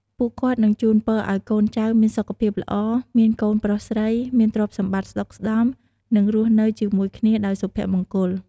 ពួកគាត់នឹងជូនពរឲ្យកូនចៅមានសុខភាពល្អ មានកូនប្រុសស្រី មានទ្រព្យសម្បត្តិស្តុកស្តម្ភ និងរស់នៅជាមួយគ្នាដោយសុភមង្គល។